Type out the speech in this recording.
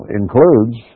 includes